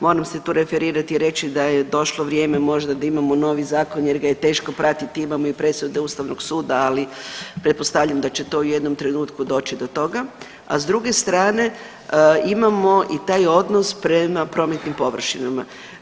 Moram se tu referirati i reći da je došlo vrijeme možda da imamo novi zakon jer ga je teško pratiti, imamo i presude ustavnog suda, ali pretpostavljam da će to u jednom trenutku doći do toga, a s druge strane imamo i taj odnos prema prometnim površinama.